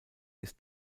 ist